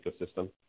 ecosystem